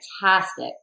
fantastic